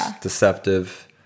deceptive